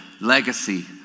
legacy